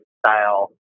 style